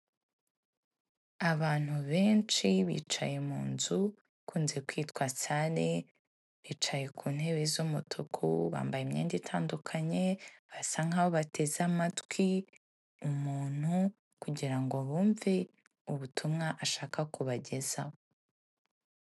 Abantu benshi bicaye mu nzu ikunze kwitwa sale, bicaye ku ntebe z'umutuku bambaye imyenda itandukanye basa nkaho bateze amatwi umuntu kugira ngo bumve ubutumwa ashaka kubagezaho.